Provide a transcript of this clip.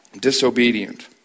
Disobedient